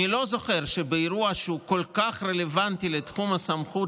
ואני לא זוכר שבאירוע שהוא כל כך רלוונטי לתחום הסמכות